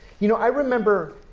you know, i remember